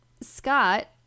Scott